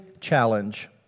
challenge